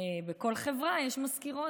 בכל חברה יש מזכירות,